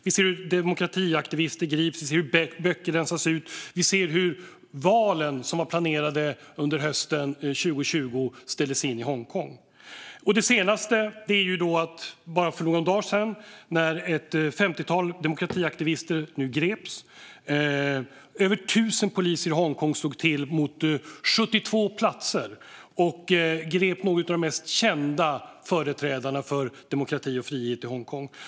Vi ser hur demokratiaktivister grips och hur böcker rensas ut. Vi såg att de planerade valen som skulle ske under hösten 2020 ställdes in i Hongkong. För bara någon dag sedan, när ett femtiotal demokratiaktivister greps, slog över tusen poliser i Hongkong till mot 72 platser. De grep några av de mest kända företrädarna för demokrati och frihet i Hongkong.